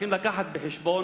צריכים להביא בחשבון,